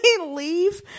leave